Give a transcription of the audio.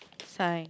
sigh